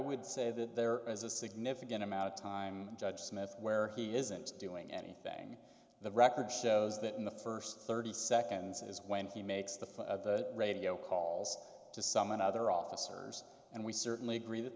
would say that there is a significant amount of time judge smith where he isn't doing anything the record shows that in the first thirty seconds is when he makes the radio calls to some and other officers and we certainly agree that